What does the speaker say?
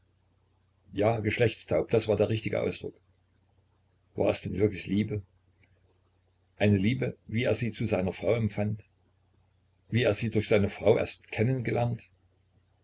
ja geschlechtstaub das war der richtige ausdruck war es denn wirklich liebe eine liebe wie er sie zu seiner frau empfand wie er sie durch seine frau erst